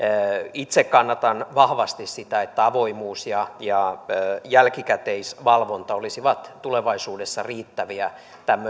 itse kannatan vahvasti sitä että avoimuus ja ja jälkikäteisvalvonta olisivat tulevaisuudessa riittäviä